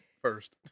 first